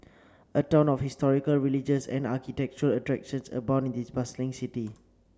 a ton of historical religious and architectural attractions abound in this bustling city